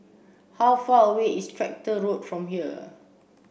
how far away is Tractor Road from here